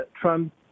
Trump